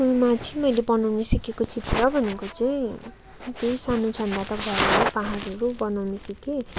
स्कुलमा चाहिँ मैले बनाउनु सिकेको चित्र भनेको चाहिँ त्यही सानो छँदा त घर हो पहाडहरू बनाउनु सिकेँ